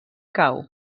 cau